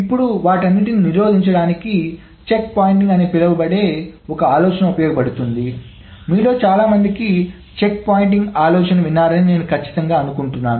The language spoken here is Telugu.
ఇప్పుడు వాటన్నింటినీ నిరోధించడానికి చెక్ పాయింట్ అని పిలువబడే ఒక ఆలోచన ఉపయోగించబడుతుంది మీలో చాలామంది చెక్పాయింటింగ్ ఆలోచనను విన్నారని నేను ఖచ్చితంగా అనుకుంటున్నాను